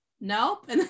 Nope